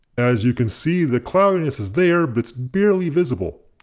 as you can see the cloudiness is there but it's barely visible.